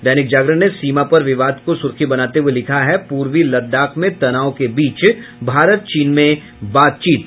दैनिक जागरण ने सीमा पर विवाद को सुर्खी बनाते हुये लिखा है पूर्वी लद्दाख में तनाव के बीच भारत चीन में बातचीत